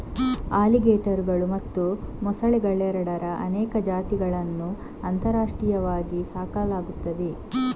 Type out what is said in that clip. ಅಲಿಗೇಟರುಗಳು ಮತ್ತು ಮೊಸಳೆಗಳೆರಡರ ಅನೇಕ ಜಾತಿಗಳನ್ನು ಅಂತಾರಾಷ್ಟ್ರೀಯವಾಗಿ ಸಾಕಲಾಗುತ್ತದೆ